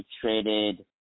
traded